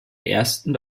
ersten